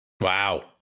Wow